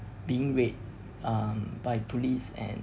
being raped um by police and